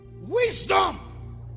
Wisdom